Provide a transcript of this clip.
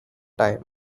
time